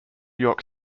york